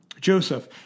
Joseph